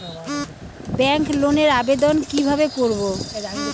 Bank লোনের আবেদন কি কিভাবে করব?